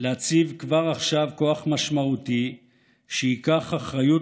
להציב כבר עכשיו כוח משמעותי שייקח אחריות